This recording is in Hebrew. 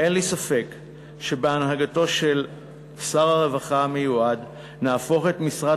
אין לי ספק שבהנהגתו של שר הרווחה המיועד נהפוך את משרד